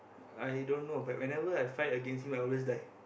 i don't know but whenever I fight against him I always die